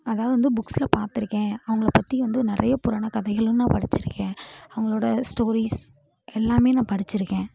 அதாவது வந்து புக்ஸ்ல பார்த்துருக்கேன் அவங்கள பற்றி வந்து நிறைய புராண கதைகளும் நான் படித்திருக்கேன் அவங்களோட ஸ்டோரிஸ் எல்லாமே நான் படித்திருக்கேன்